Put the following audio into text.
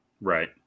Right